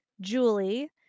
Julie